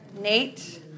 Nate